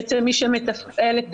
מי שמתפעל את